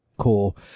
cool